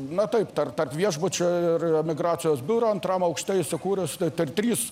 na taip tarp viešbučio ir migracijos biuro antram aukšte įsikūręs tik trys